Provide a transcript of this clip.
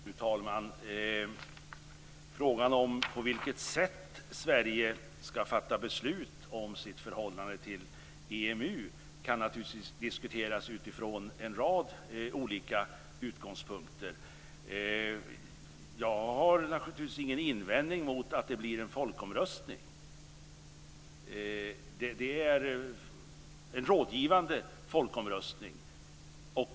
Fru talman! Frågan om på vilket sätt Sverige ska fatta beslut om sitt förhållande till EMU kan naturligtvis diskuteras utifrån en rad olika utgångspunkter. Jag har naturligtvis ingen invändning mot en rådgivande folkomröstning.